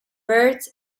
birds